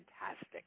fantastic